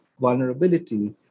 vulnerability